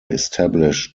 established